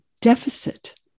deficit